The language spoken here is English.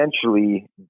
essentially